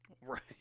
Right